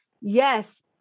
yes